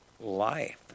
life